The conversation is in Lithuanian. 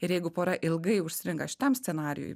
ir jeigu pora ilgai užstringa šitam scenarijuj